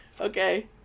Okay